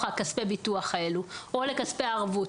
כספי הביטוח האלו או לכספי הערבות.